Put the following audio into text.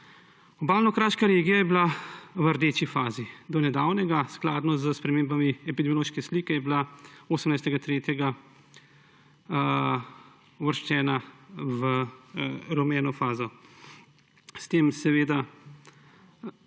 Obalno-kraška regija je bila v rdeči fazi do nedavnega, skladno s spremembami epidemiološke slike je bila 18. 3. uvrščena v rumeno fazo. S tem prihaja